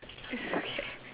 it's okay